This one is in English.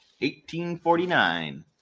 1849